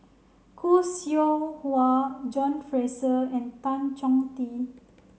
Khoo Seow Hwa John Fraser and Tan Chong Tee